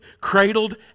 cradled